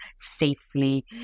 safely